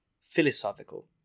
philosophical